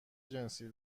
جنسی